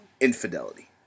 infidelity